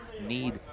need